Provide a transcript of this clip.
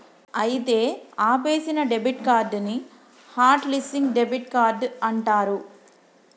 అయితే ఆపేసిన debit card ని హట్ లిస్సింగ్ డెబిట్ కార్డ్ అంటారు